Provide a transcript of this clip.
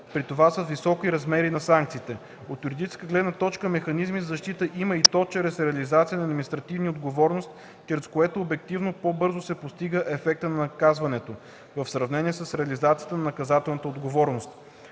При това с високи размери на санкциите. От юридическа гледна точка механизми за защита има и то чрез реализация на административна отговорност, чрез което обективно по-бързо се постига ефектът на наказването, в сравнение с реализацията на наказателната отговорност.